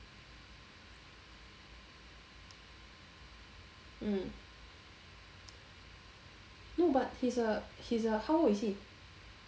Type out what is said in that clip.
mm no but he's a he's a how old is he